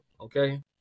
Okay